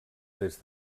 des